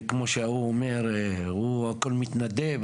וכמו שההוא אומר שהוא עושה הכל בהתנדבות,